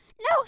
No